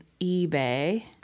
eBay